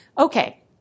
Okay